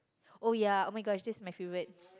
oh ya oh-my-gosh that's my favourite